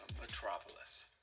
Metropolis